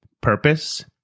purpose